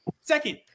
Second